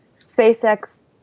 SpaceX